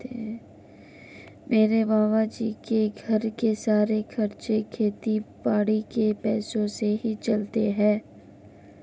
मेरे मामा जी के घर के सारे खर्चे खेती बाड़ी के पैसों से ही चलते हैं